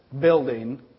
building